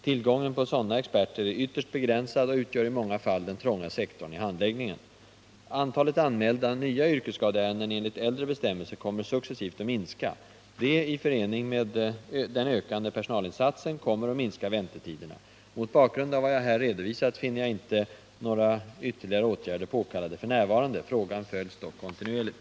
Tillgången på sådana experter är ytterst begränsad och utgör i många fall den trånga sektorn i handläggningen. Antalet anmälda nya yrkesskadeärenden enligt äldre bestämmelser kommer successivt att minska. Detta, i förening med den ökade personalinsatsen, kommer att minska väntetiderna. Mot bakgrund av vad jag här redovisat finner jag inte några ytterligare åtgärder påkallade f. n. Frågan följs dock kontinuerligt.